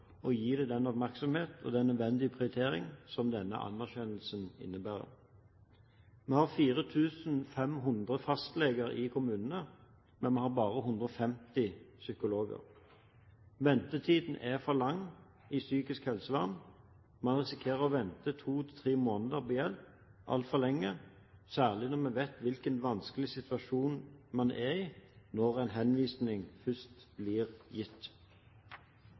den oppmerksomhet og den nødvendige prioritering som denne anerkjennelsen innebærer. Vi har 4 500 fastleger i kommunene, men vi har bare 150 psykologer. Ventetiden er for lang i psykisk helsevern. Man risikerer å vente to–tre måneder på hjelp – altfor lenge, særlig når vi vet hvilken vanskelig situasjon man er i, når en henvisning først blir gitt.